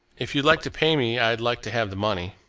if you'd like to pay me, i'd like to have the money.